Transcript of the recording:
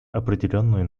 определенную